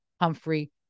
Humphrey